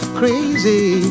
crazy